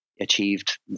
achieved